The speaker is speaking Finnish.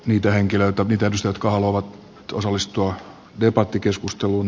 niitä henkilöitä miten sotka haluavat osallistua debatti keskusteluun